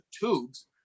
tubes